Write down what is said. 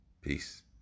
peace